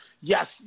Yes